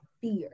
fear